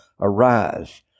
Arise